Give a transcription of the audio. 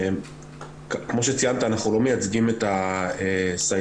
כמו שציינת, אנחנו לא מייצגים את הסייעות,